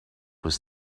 was